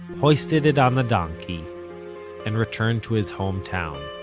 hoisted it on the donkey and returned to his hometown